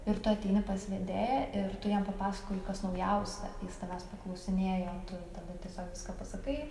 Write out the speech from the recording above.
ir tu ateini pas vedėją ir tu jam papasakoji kas naujausia jis tavęs paklausinėjo o tu tada tiesiog viską pasakai